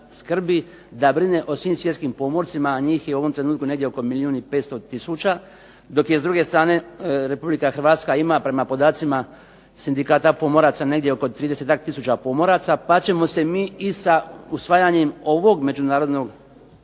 da brine o svim svjetskim pomorcima a njih je u ovom trenutku negdje oko milijun i 500 tisuća, dok je s druge strane Republika Hrvatska ima prema podacima Sindikata pomoraca negdje oko tridesetak tisuća pomoraca, pa ćemo se mi i sa usvajanjem ovog međunarodnog